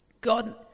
God